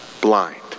blind